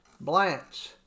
Blanche